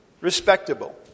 Respectable